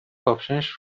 کاپشنش